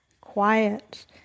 quiet